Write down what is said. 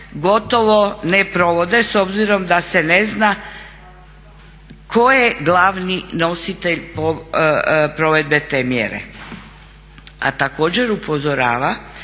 gotovo ne provode s obzirom da se ne zna tko je glavni nositelj provedbe te mjere. A također upozorava